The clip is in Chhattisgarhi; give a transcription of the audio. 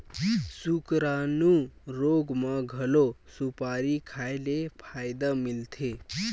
सुकरानू रोग म घलो सुपारी खाए ले फायदा मिलथे